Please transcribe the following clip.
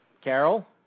Carol